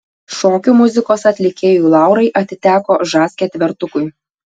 šokių muzikos atlikėjų laurai atiteko žas ketvertukui